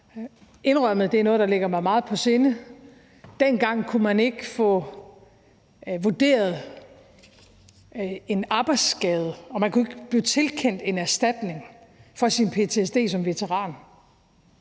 indrømmet, det er noget, der ligger mig meget på sinde. Dengang kunne man ikke få vurderet en arbejdsskade, og man kunne ikke blive tilkendt en erstatning for sin ptsd som veteran,